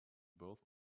both